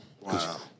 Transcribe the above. Wow